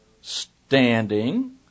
standing